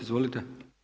Izvolite.